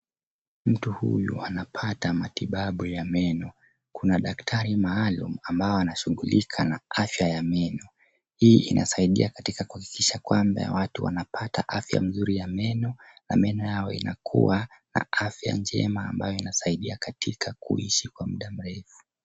Mtu huyu anapata matibabu ya meno. Kuna daktari maalum ambao wanashughulika na afya ya meno. Hii inasaidia katika kuhakikisha kwamba watu wanapata afya mzuri ya meno, na meno yao inakua na afya njema ambayo inasaidia katika kuishi kwa muda mrefu.